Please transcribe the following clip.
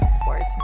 Sports